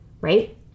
right